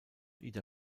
ida